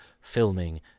filming